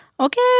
Okay